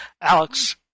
Alex